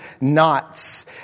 knots